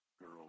girl